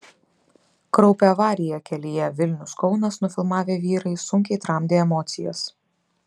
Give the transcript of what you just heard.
kraupią avariją kelyje vilnius kaunas nufilmavę vyrai sunkiai tramdė emocijas